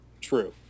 true